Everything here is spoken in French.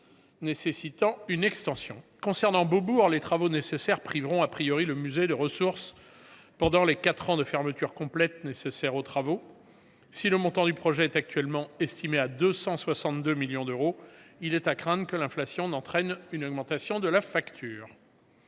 Pierrefitte sur Seine. Concernant Beaubourg, les travaux nécessaires priveront le musée de ressources propres pendant les quatre ans de fermeture complète. Si le montant du projet est actuellement estimé à 262 millions d’euros, il est à craindre que l’inflation n’entraîne une augmentation de la facture.